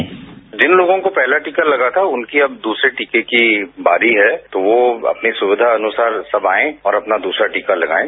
bite जिन लोगों को पहला टीका लगा था उनकी अब दूसरे टीके की बारी है तो वो अपनी सुविधानुसार सब आएं और अपना दूसरा टीका लगाएं